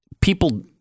people